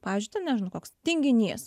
pavyzdžiui ten nežinau koks tinginys